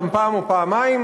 ומעבר.